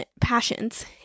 passions